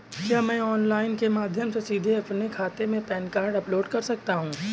क्या मैं ऑनलाइन के माध्यम से सीधे अपने खाते में पैन कार्ड अपलोड कर सकता हूँ?